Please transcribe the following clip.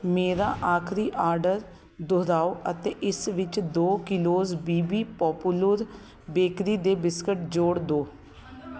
ਮੇਰਾ ਆਖਰੀ ਆਰਡਰ ਦੁਹਰਾਓ ਅਤੇ ਇਸ ਵਿੱਚ ਦੋ kilos B B popular bakery ਦੇ ਬਿਸਕੁਟ ਜੋੜ ਦਿਓ